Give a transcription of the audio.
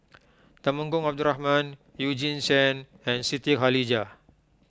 Temenggong Abdul Rahman Eugene Chen and Siti Khalijah